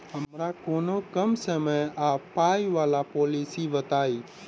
हमरा कोनो कम समय आ पाई वला पोलिसी बताई?